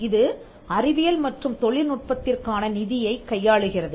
இது அறிவியல் மற்றும் தொழில்நுட்பத்திற்கான நிதியைக் கையாளுகிறது